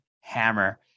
Hammer